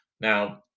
Now